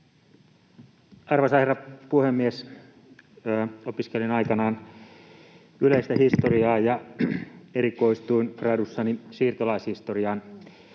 Arvoisa herra puhemies! Opiskelin aikanaan yleistä historiaa ja erikoistuin gradussani siirtolaishistoriaan.